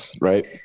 right